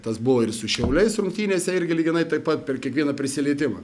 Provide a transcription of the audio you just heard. tas buvo ir su šiauliais rungtynėse irgi lyginai taip pat per kiekvieną prisilietimą